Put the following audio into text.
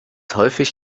häufig